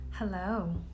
Hello